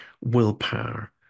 willpower